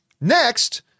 Next